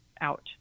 out